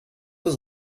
was